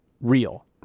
real